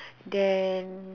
then